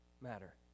matter